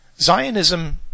Zionism